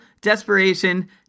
desperation